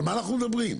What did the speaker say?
על מה אנחנו מדברים?